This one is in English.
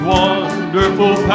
wonderful